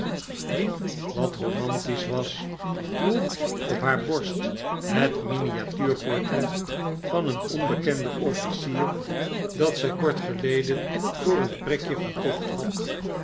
die wat romantisch was droeg op haar borst het miniatuurportret van een onbekendeh officier dat zij kprt geleden voor een prikje gekocht had